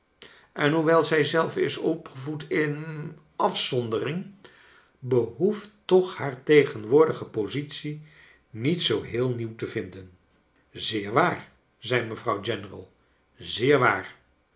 en hoewel zij zelve is opgevoed in hm afzondering behoeft toch haar tegenwoordige positie niet zoo heel nieuw te vinden zeer waar zei mevrouw general